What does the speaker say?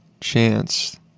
Chance